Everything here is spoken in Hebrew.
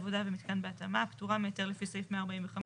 עבודה ומיתקן בהתאמה( פטורה מהיתר לפי סעיף 145,